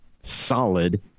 solid